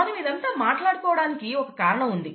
మనం ఇదంతా మాట్లాడుకోవడానికి ఒక కారణం ఉన్నది